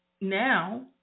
now